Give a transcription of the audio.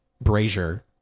brazier